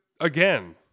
again